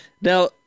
Now